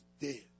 dead